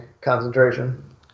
concentration